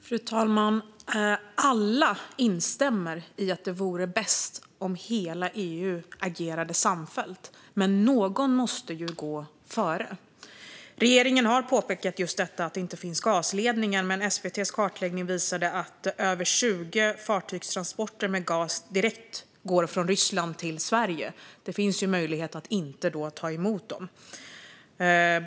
Fru talman! Alla instämmer i att det vore bäst om hela EU agerade samfällt, men någon måste ju gå före. Regeringen har påpekat detta med att det inte finns någon gasledning, men SVT:s kartläggning visade att över 20 fartygstransporter med gas går direkt från Ryssland till Sverige. Det finns ju möjlighet att inte ta emot dessa.